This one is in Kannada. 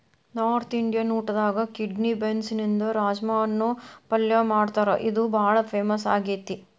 ನಾರ್ತ್ ಇಂಡಿಯನ್ ಊಟದಾಗ ಕಿಡ್ನಿ ಬೇನ್ಸ್ನಿಂದ ರಾಜ್ಮಾ ಅನ್ನೋ ಪಲ್ಯ ಮಾಡ್ತಾರ ಇದು ಬಾಳ ಫೇಮಸ್ ಆಗೇತಿ